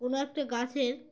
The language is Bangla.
কোন একটা গাছের